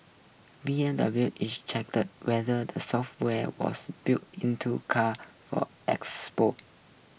B M W is checked whether the software was built into cars for export